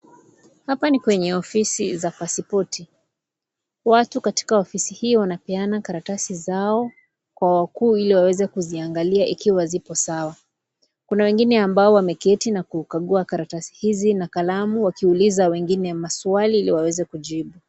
Hapa ni kwenye ofisi za pasipoti, watu katika ofisi hii wanapeana karatasi zao kwa wakuu ili waweze kuziangalia ikiwa zipo sawa, kuna wengine ambao wameketi na kukagua karatasi hizi na kalamu wakiuliza wengine waswali ili waweze kujibu.